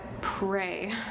pray